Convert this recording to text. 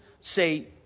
say